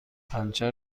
پنچر